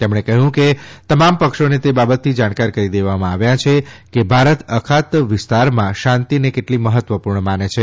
તેમણે કહ્યું કે તમામ પક્ષોને એ બાબતથી જાણકાર કરી દેવામાં આવ્યા છેકે ભારત અખાત ક્ષેત્રમાં શાંતિને કેટલી મહત્વપૂર્ણ માને છે